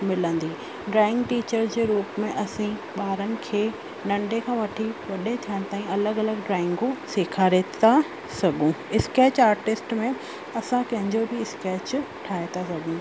मिलंदी drawing teacher जे रूप में असी ॿारनि खे नंढे खां वठी वॾे थियण ताईं अलॻि अलॻि ड्रॉइंगूं सेखारे था सघूं स्कैच आर्टिस्ट में असां कंहिंजो बि स्कैच ठाहे था सघूं